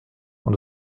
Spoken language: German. und